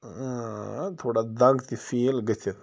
تھوڑا دَگ تہِ فیٖل گٔژھِتھ